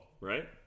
right